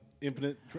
Infinite